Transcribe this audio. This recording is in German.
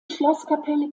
schlosskapelle